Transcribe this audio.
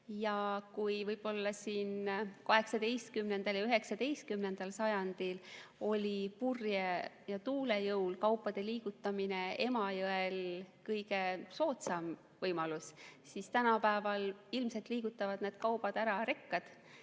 Kui võib-olla 18. ja 19. sajandil oli purje ja tuule jõul kaupade liigutamine Emajõel kõige soodsam võimalus, siis tänapäeval ilmselt liigutavad need kaubad ära rekad